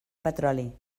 petroli